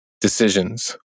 Decisions